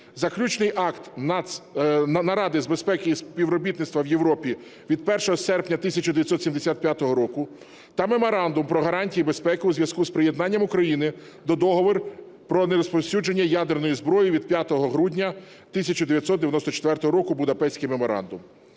Заключний акт Наради з безпеки і співробітництва в Європі від 1 серпня 1975 року та Меморандум про гарантії безпеки у зв’язку з приєднанням України до Договору про нерозповсюдження ядерної зброї від 5 грудня 1994 року (Будапештський меморандум).